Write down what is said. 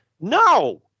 no